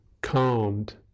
calmed